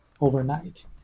overnight